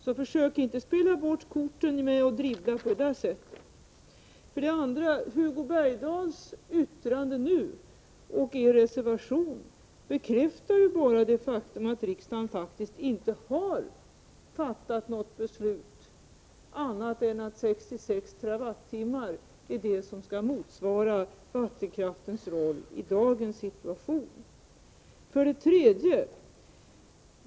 Så försök inte spela bort korten genom att dribbla på detta sätt! Hugo Bergdahls yttrande nu och folkpartiets reservation bekäftar bara det faktum att riksdagen faktiskt inte har fattat beslut om något annat än att 66 TWh är det som skall motsvara vattenkraftens roll i dagens situation.